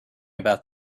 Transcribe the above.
about